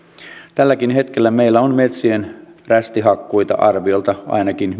tälläkin hetkellä meillä on metsien rästihakkuita arviolta ainakin